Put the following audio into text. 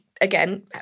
again